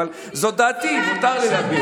אבל זו דעתי, מותר לי להביע אותה.